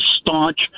staunch